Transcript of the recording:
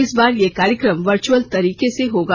इस बार यह कार्यक्रम वर्चुअल तरीके से होगा